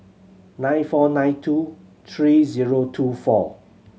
nine four nine two three zero two four